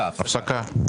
הישיבה נעולה.